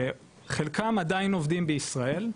חלקם עדיין עובדים בישראל,